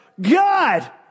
God